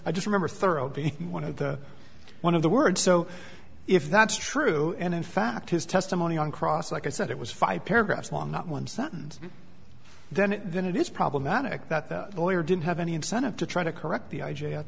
i just remember thorough being one of the one of the words so if that's true and in fact his testimony on cross like i said it was five paragraphs long not one sentence then then it is problematic that the lawyer didn't have any incentive to try to correct the i